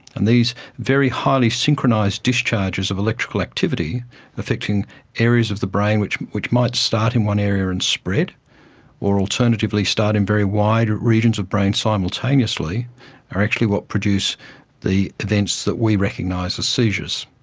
and these very highly synchronised discharges of electrical activity affecting areas of the brain which which might start in one area and spread or alternatively start in very wide regions of brain simultaneously are actually what produce the events that we recognise as seizures.